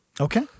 Okay